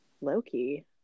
Loki